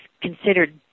considered